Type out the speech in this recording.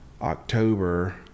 October